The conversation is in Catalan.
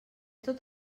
tot